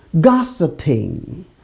gossiping